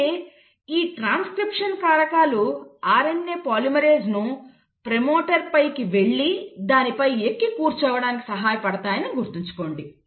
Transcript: అయితే ఈ ట్రాన్స్క్రిప్షన్ కారకాలు RNA పాలిమరేస్ను ప్రమోటర్ పైకి వెళ్లి దానిపై ఎక్కి కూర్చోవడానికి సహాయపడతాయని గుర్తుంచుకోండి